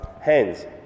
hands